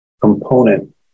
component